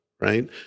right